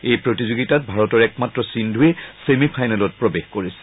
এই প্ৰতিযোগিতাত ভাৰতৰ একমাত্ৰ সিন্ধুৱে ছেমি ফাইনেলত প্ৰৱেশ কৰিছে